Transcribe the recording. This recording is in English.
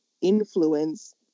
influence